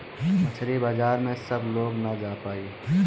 मछरी बाजार में सब लोग ना जा पाई